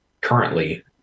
currently